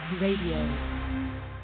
Radio